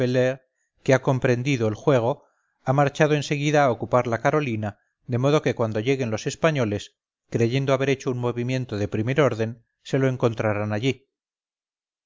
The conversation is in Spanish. que ha comprendido el juego ha marchado en seguida a ocupar a la carolina de modo que cuando lleguen los españoles creyendo haber hecho un movimiento de primer orden se lo encontrarán allí